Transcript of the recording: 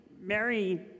Mary